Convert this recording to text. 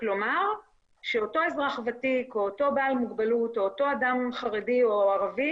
כלומר שאותו אזרח ותיק או אותו בעל מוגבלות או אותו אדם חרדי או ערבי